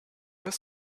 were